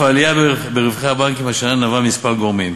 העלייה ברווחי הבנקים השנה נבעה מכמה גורמים: